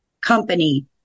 company